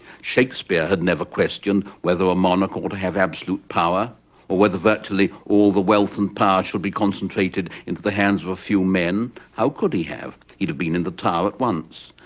shakespeare had never questioned whether a monarch ought to have absolute power or whether, virtually, all the wealth and power should be concentrated into the hands of a few men. how could he have? he'd have been in the tower at once.